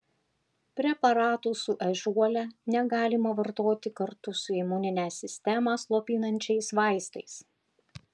preparatų su ežiuole negalima vartoti kartu su imuninę sistemą slopinančiais vaistais